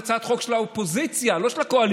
שזאת הצעת חוק של האופוזיציה, לא של הקואליציה,